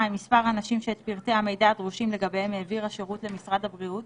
מספר האנשים שאת פרטי המידע הדרושים לגביהם העביר השירות למשרד הבריאות